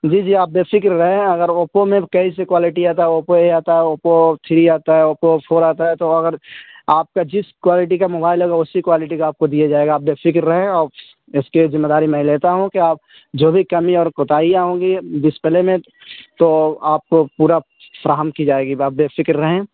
جی جی آپ بے فکر رہیں اگر اوپپو میں کئی سی کوائلٹی آتا ہے اوپپو اے آتا ہے اوپپو تھری آتا ہے اوپپو فور آتا ہے تو اگر آپ کا جس کوائلٹی کا موبائل ہوگا اسی کوائلٹی کا آپ کو دیا جائے گا آپ بے فکر رہیں اور اس کی ذمہ داری میں لیتا ہوں کہ آپ جو بھی کمی اور کوتاہیاں ہوں گی ڈسپلے میں تو آپ کو پورا فراہم کی جائے گی آپ بے فکر رہیں